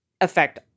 affect